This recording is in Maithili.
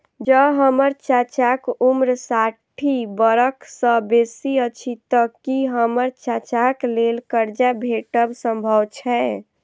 जँ हम्मर चाचाक उम्र साठि बरख सँ बेसी अछि तऽ की हम्मर चाचाक लेल करजा भेटब संभव छै?